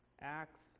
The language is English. Acts